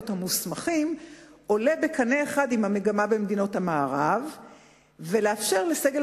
המוסמכים עולה בקנה אחד עם המגמה במדינות המערב לאפשר לסגל